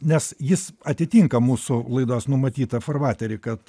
nes jis atitinka mūsų laidos numatytą farvaterį kad